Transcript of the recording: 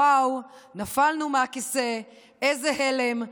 וואו, נפלנו מהכיסא, איזה הלם.